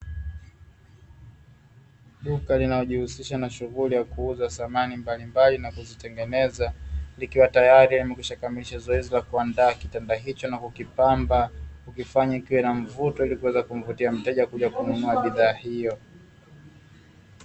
Duka linalojihusisha na shughuli ya kuuza samani mbalimbali na kuzitengeneza likiwa tayari limekwisha kamilisha zoezi la kuandaa kitanda hicho na kukipamba, kukifanya kiwe na mvuto ili kuweza kumvutia mteja kuja kununua bidhaa hiyo.